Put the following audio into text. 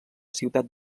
ciutat